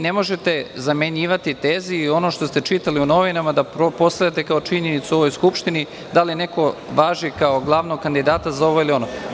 Ne možete zamenjivati teze i ono što ste čitali u novinama da postavljate kao činjenicu u ovoj Skupštini, da li neko važi kao glavni kandidat za ovo ili ono.